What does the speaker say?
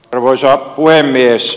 arvoisa puhemies